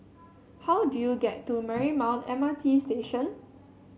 how do I get to Marymount M R T Station